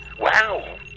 Wow